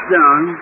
done